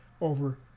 over